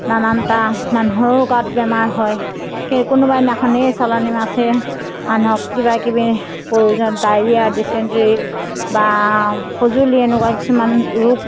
নানানটা মানুহৰো গাত বেমাৰ হয় কোনোবা দিনাখনি এই চালানি মাছেই মানুহক কিবাকিবি প্ৰয়োজন ডায়েৰিয়া ডিচেণ্ট্ৰি বা খজুলি এনেকুৱা কিছুমান ৰোগ